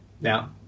now